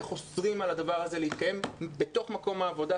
איך אוסרים על הדבר הזה להתקיים בתוך מקום עבודה,